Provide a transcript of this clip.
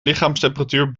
lichaamstemperatuur